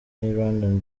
rwandan